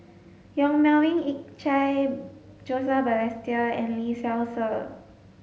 Yong Melvin Yik Chye Joseph Balestier and Lee Seow Ser